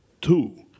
two